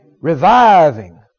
Reviving